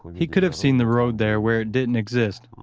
he could have seen the road there where it didn't exist.